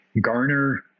garner